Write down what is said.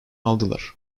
aldılar